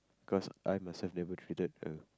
cause I myself never treated a